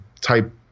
type